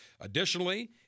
Additionally